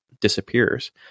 disappears